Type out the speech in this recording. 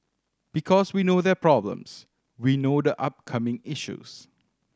because we know their problems we know the upcoming issues